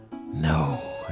No